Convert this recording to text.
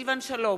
אדוני.